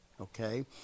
okay